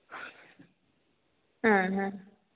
ആ അ